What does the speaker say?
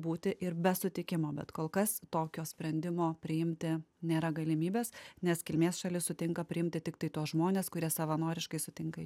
būti ir be sutikimo bet kol kas tokio sprendimo priimti nėra galimybės nes kilmės šalis sutinka priimti tiktai tuos žmones kurie savanoriškai sutinka